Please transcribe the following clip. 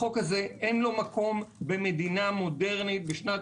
לחוק הזה אין מקום במדינה מודרנית בשנת